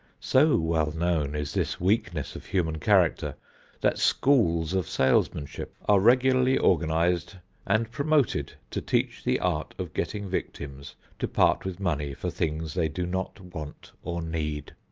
so well known is this weakness of human character that schools of salesmanship are regularly organized and promoted to teach the art of getting victims to part with money for things they do not want or need.